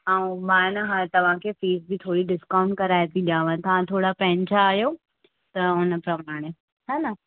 ऐं मा आहे न हा तव्हांखे फीस जी थोरी डिस्काउंट कराए थी ॾियांव तव्हां थोरा पंहिंजा आहियो त उन सां बि हाणे हा न